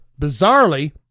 Bizarrely